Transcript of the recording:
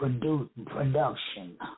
Production